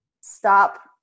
Stop